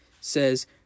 says